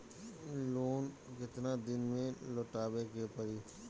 Loan केतना दिन में लौटावे के पड़ी?